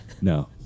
No